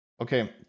okay